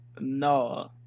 No